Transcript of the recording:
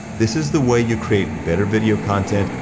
this is the way you create better video content,